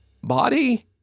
body